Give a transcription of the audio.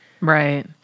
Right